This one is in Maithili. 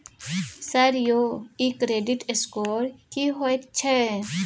सर यौ इ क्रेडिट स्कोर की होयत छै?